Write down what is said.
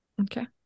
Okay